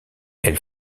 elle